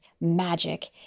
magic